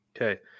okay